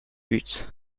but